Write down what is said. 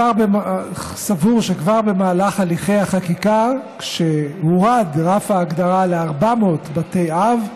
סבור שכבר במהלך הליכי החקיקה כשהורד רף ההגדרה ל-400 בתי אב,